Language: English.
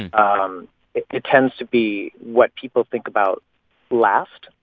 um it it tends to be what people think about last.